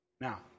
now